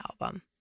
album